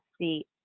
see